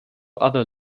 other